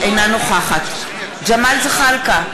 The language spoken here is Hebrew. אינה נוכחת ג'מאל זחאלקה,